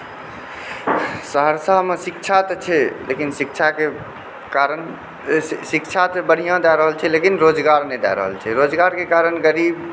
सहरसामे शिक्षा तऽ छै लेकिन शिक्षाके कारण शिक्षा तऽ बढ़िऑं दए रहल छै लेकिन रोजगार नहि दए रहल छै रोजगारकेँ कारण गरीब